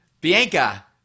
Bianca